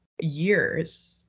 years